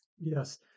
Yes